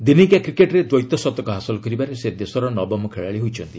ଦିନିକିଆ କ୍ରିକେଟ୍ରେ ଦ୍ଦୈତ ଶତକ ହାସଲ କରିବାରେ ସେ ଦେଶର ନବମ ଖେଳାଳି ହୋଇଛନ୍ତି